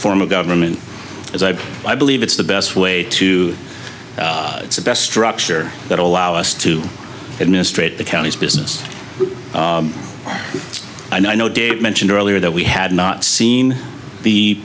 form of government as i i believe it's the best way to the best structure that allow us to administrate the county's business and i know david mentioned earlier that we had not seen the